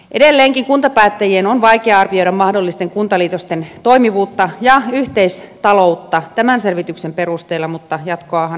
edelleenkin kuntapäättäjien on vaikeaa arvioida mahdollisten kuntaliitosten toimivuutta ja yhteistaloutta tämän selvityksen perusteella mutta jatkoahan kuulemma seuraa